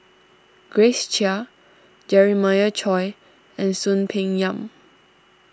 Grace Chia Jeremiah Choy and Soon Peng Yam